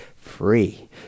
Free